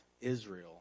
Israel